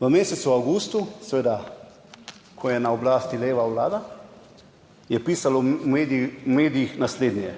V mesecu avgustu seveda, ko je na oblasti leva vlada, je pisalo v medijih naslednje: